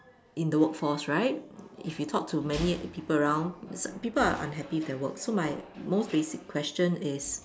in the workforce right if you talk to many people around people are unhappy with their work so my most basic question is